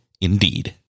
Indeed